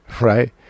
right